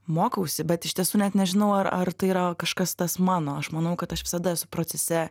mokausi bet iš tiesų net nežinau ar ar tai yra kažkas tas mano aš manau kad aš visada esu procese